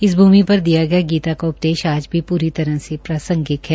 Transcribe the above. इस भूमि पर दिया गया गीता का उपदेश आज भी पूरी तरह से प्रासंगिक है